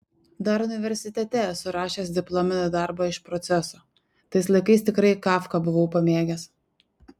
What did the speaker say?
dar universitete esu rašęs diplominį darbą iš proceso tais laikais tikrai kafką buvau pamėgęs